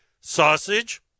sausage